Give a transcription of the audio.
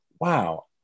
wow